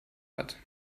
hat